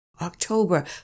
October